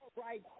Right